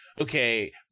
okay